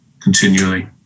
continually